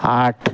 آٹھ